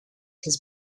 his